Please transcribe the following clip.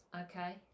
Okay